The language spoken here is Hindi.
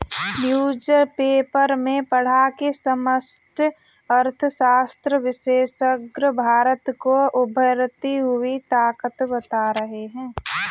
न्यूज़पेपर में पढ़ा की समष्टि अर्थशास्त्र विशेषज्ञ भारत को उभरती हुई ताकत बता रहे हैं